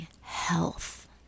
health